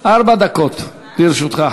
ארבע דקות לרשותך,